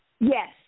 Yes